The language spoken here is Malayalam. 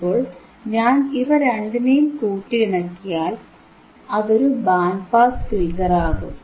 അപ്പോൾ ഞാൻ ഇവ രണ്ടിനെയും കൂട്ടിയിണക്കിയാലൽ അതൊരു ബാൻഡ് പാസ് ഫിൽറ്ററാകും